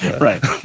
Right